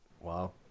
Wow